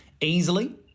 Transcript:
easily